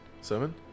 seven